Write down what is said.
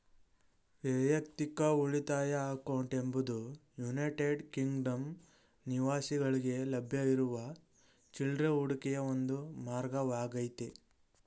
ವೈಯಕ್ತಿಕ ಉಳಿತಾಯ ಅಕೌಂಟ್ ಎಂಬುದು ಯುನೈಟೆಡ್ ಕಿಂಗ್ಡಮ್ ನಿವಾಸಿಗಳ್ಗೆ ಲಭ್ಯವಿರುವ ಚಿಲ್ರೆ ಹೂಡಿಕೆಯ ಒಂದು ಮಾರ್ಗವಾಗೈತೆ